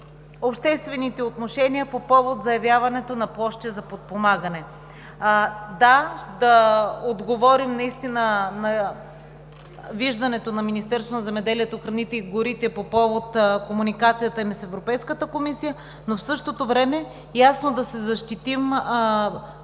обществените отношение по повод заявяването на площи за подпомагане. Да – да отговорим наистина на виждането на Министерството на земеделието, храните и горите по повод комуникацията ни с Европейската комисия, но в същото време ясно да си защитим принципите